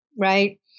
right